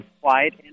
quiet